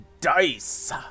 Dice